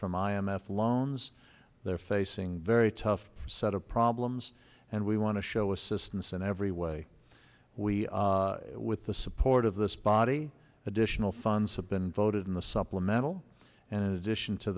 from i m f loans they're facing very tough set of problems and we want to show assistance in every way we with the support of this body additional funds have been voted in the supplemental and in addition to